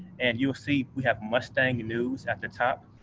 and you will see we have mustang news at the top.